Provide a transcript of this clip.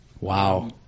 Wow